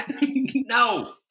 No